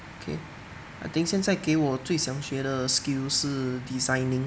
okay I think 现在给我最想学的 skill 是 designing